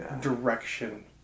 direction